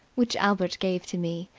which albert gave to me.